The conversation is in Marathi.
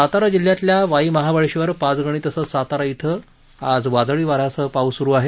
सातारा जिल्ह्यातल्या वाई महाबळेश्वर पाचगणी तसंच सातारा इथं आज वादळी वा यासह पाऊस स्रु आहे